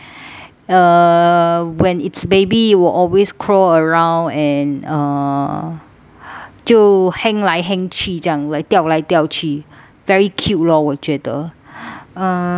err when it's baby will always crawl around and err 就 hang 来 hang 去这样吊来吊去 very cute lor 我觉得 uh